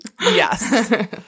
Yes